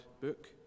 book